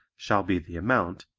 shall be the amount,